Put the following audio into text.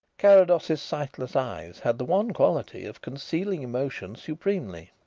carrados's sightless eyes had the one quality of concealing emotion supremely.